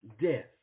death